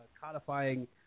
codifying